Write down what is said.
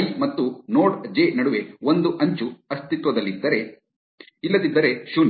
I ಮತ್ತು node J ನಡುವೆ ಒಂದು ಅಂಚು ಅಸ್ತಿತ್ವದಲ್ಲಿದ್ದರೆ ಇಲ್ಲದಿದ್ದರೆ ಶೂನ್ಯ